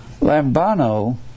Lambano